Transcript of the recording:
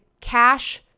cash